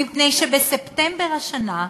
מפני שבספטמבר השנה,